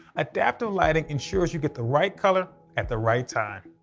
adaptive lighting ensures you get the right color at the right time.